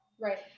Right